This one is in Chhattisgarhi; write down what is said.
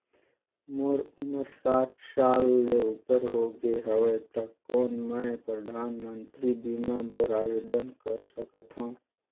मोर उमर साठ साल ले उपर हो गे हवय त कौन मैं परधानमंतरी बीमा बर आवेदन कर सकथव?